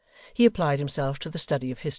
he applied himself to the study of history,